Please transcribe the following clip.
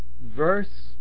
verse